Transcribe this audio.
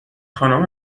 خانم